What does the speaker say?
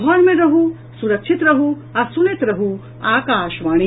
घर मे रहू सुरक्षित रहू आ सुनैत रहू आकाशवाणी